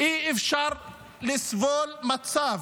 אי-אפשר לסבול מצב